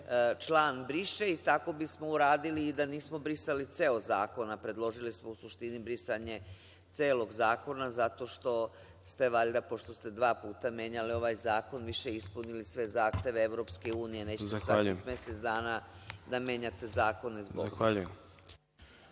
član briše i tako bismo uradili i da nismo brisali ceo zakon, a predložili smo u suštini brisanje celog zakona, zato to ste valjda, pošto ste dva puta menjali ovaj zakon, više ispunili sve zahteve EU, nećete svakih mesec dana da menjate zakone.